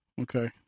okay